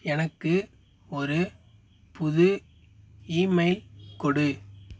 எனக்கு ஒரு புது இமெயில் கொடு